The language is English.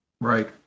Right